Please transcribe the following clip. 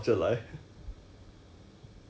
要跟 Li Min 讲 liao